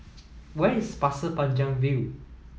where is Pasir Panjang View